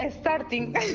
starting